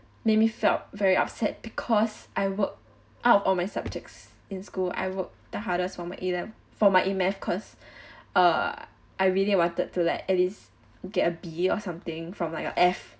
made me felt very upset because I worked out all my subjects in school I worked the hardest for my A level for my A math cause err I really wanted to let at least get a B or something from like a F